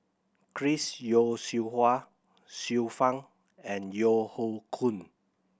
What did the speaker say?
Chris Yeo Siew Hua Xiu Fang and Yeo Hoe Koon